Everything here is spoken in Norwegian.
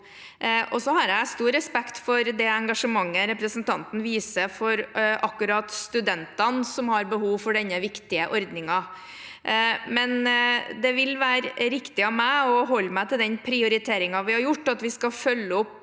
Jeg har stor respekt for det engasjementet representanten viser for akkurat studentene som har behov for denne viktige ordningen, men det vil være riktig av meg å holde meg til den prioriteringen vi har gjort, om at vi skal følge opp